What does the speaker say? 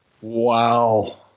Wow